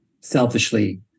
selfishly